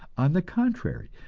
on the contrary,